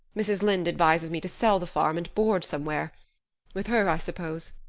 mrs. lynde advises me to sell the farm and board somewhere with her i suppose.